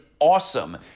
awesome